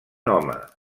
home